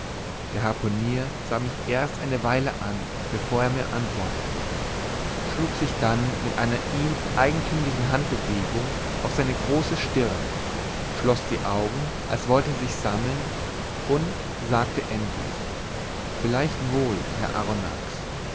der harpunier sah mich erst eine weile an bevor er mir antwortete schlug sich dann mit einer ihm eigenthümlichen handbewegung auf seine große stirn schloß die augen als wolle er sich sammeln und sagte endlich vielleicht wohl herr